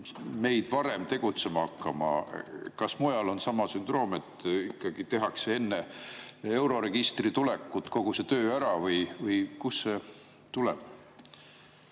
meid varem tegutsema hakkama? Kas mujal on sama sündroom, et tehakse enne euroregistri tulekut kogu see töö ära, või kust see tuleb?